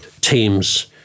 Teams